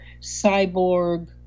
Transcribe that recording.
cyborg